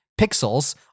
pixels